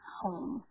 home